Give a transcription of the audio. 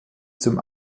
zum